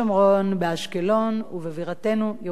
באשקלון ובבירתנו ירושלים,